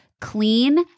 clean